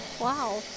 Wow